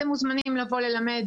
אתם מוזמנים לבוא ללמד,